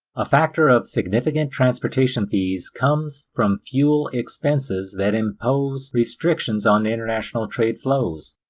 a factor of significant transportation fees comes from fuel expenses that impose restrictions on international trade flows.